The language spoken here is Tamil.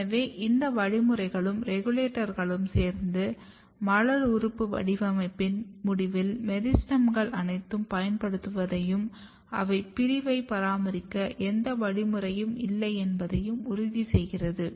எனவே இந்த வழிமுறைகளும் ரெகுலேட்டர்களும் சேர்ந்து மலர் உறுப்பு வடிவமைப்பின் முடிவில் மெரிஸ்டெம்கள் அனைத்தும் பயன்படுவதையும் செல் பிரிவைப் பராமரிக்க எந்த வழிமுறையும் இல்லை என்பதையும் உறுதி செய்கிறது